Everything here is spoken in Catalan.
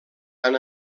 han